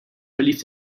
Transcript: verlief